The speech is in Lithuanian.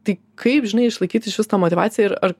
tai kaip žinai išlaikyt išvis tą motyvaciją ir